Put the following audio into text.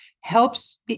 helps